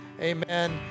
Amen